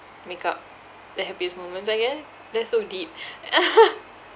make up the happiest moments I guess that's so deep